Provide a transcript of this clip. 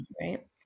right